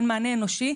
אין מענה אנושי.